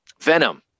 Venom